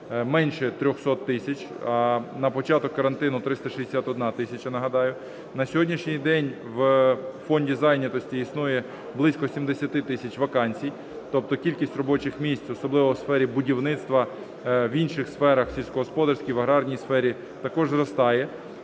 менше 300 тисяч, а на початок карантину – 361 тисяча нагадаю. На сьогоднішній день у фонді зайнятості існує близько 70 тисяч вакансій. Тобто кількість робочих місць, особливо в сфері будівництва, в інших сферах, у сільськогосподарській, в аграрній сфері, також зростає.